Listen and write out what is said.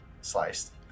Sliced